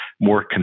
more